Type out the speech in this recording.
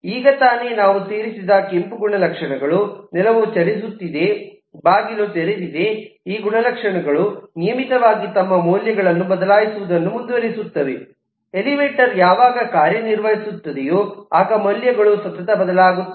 ಈಗಾತಾನೆ ನಾವು ಸೇರಿಸಿದ ಕೆಂಪು ಗುಣಲಕ್ಷಣಗಳು ನೆಲವು ಚಲಿಸುತ್ತಿದೆ ಬಾಗಿಲು ತೆರೆದಿದೆ ಈ ಗುಣಲಕ್ಷಣಗಳು ನಿಯಮಿತವಾಗಿ ತಮ್ಮ ಮೌಲ್ಯಗಳನ್ನು ಬದಲಾಯಿಸುವುದನ್ನು ಮುಂದುವರೆಸುತ್ತವೆ ಎಲಿವೇಟರ್ ಯಾವಾಗ ಕಾರ್ಯನಿರ್ವಹಿಸುತ್ತದೆಯೋ ಆಗ ಮೌಲ್ಯಗಳು ಸತತ ಬದಲಾಗುತ್ತದೆ